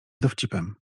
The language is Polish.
dowcipem